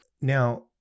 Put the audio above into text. Now